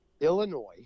Illinois